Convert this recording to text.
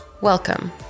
Welcome